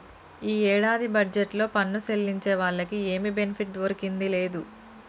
ఈ ఏడాది బడ్జెట్లో పన్ను సెల్లించే వాళ్లకి ఏమి బెనిఫిట్ ఒరిగిందే లేదు